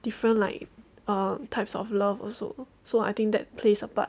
different like um types of love also so I think that plays a part